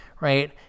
Right